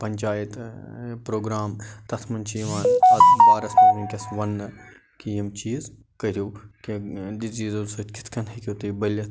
panchayat programme تَتھ منٛز چھِ یِوان اَتھ بارس منٛز وٕنٛکیٚنس وَننہٕ کہِ یِم چیٖز کٔرِو کہِ ڈِزیٖزو سۭتۍ کِتھ کٲنۍ ہیٚکِو تُہۍ بٔلِتھ